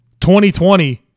2020